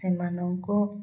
ସେମାନଙ୍କୁ